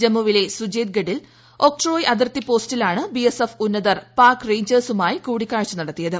ജമ്മുവിലെ സുചേത്ഗഡിൽ ഒക്ട്രോയി അതിർത്തി പോസ്റ്റിലാണ് ബിഎസ്എഫ് ഉന്നതർ പാക് റ്റേഞ്ചേഴ്സുമായി കൂടിക്കാഴ്ച നടത്തിയത്